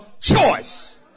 choice